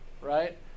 right